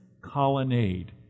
colonnade